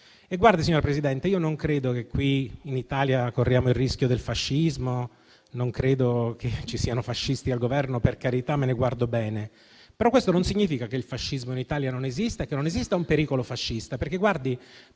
parola. Signora Presidente, non credo che qui in Italia corriamo il rischio del fascismo; non credo che ci siano fascisti al Governo, per carità, me ne guardo bene; questo non significa però che il fascismo in Italia non esista e che non esista un pericolo fascista. Persone che si